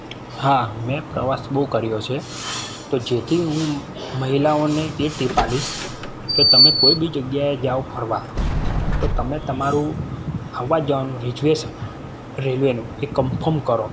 હા મેં પ્રવાસ બહુ કર્યો છે તો જેથી હું મહિલાઓને એ ટીપ આપીશ કે તમે કોઈબી જગ્યાએ જાઓ ફરવા તો તમે તમારું આવવા જાવાનું રિઝવેશન રેલવેનું એ કનફોર્મ કરો